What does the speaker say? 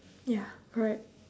ya correct